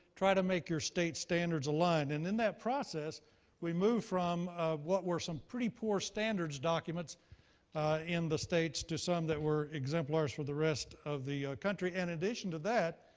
try to make your state standards align. and in that process we moved from what were some pretty poor standards documents in the states to some that were exemplars for the rest of the country. and in addition to that,